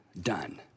done